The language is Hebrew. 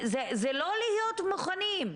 זה לא להיות מוכנים.